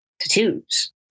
tattoos